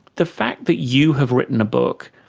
the fact that you have written a book,